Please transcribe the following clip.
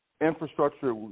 infrastructure